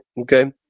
Okay